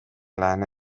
lääne